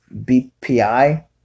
BPI